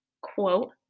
quote